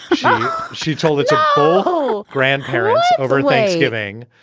but she told it to. oh, grandparents overlay leaving.